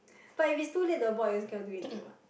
but if it's too late the board you also cannot do anything what